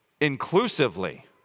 inclusively